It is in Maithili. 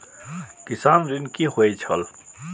किसान ऋण की होय छल?